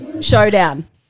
showdown